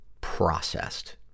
processed